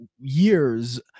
years